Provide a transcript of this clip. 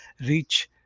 reach